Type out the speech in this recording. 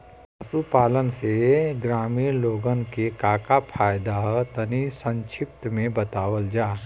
पशुपालन से ग्रामीण लोगन के का का फायदा ह तनि संक्षिप्त में बतावल जा?